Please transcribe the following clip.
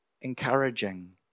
encouraging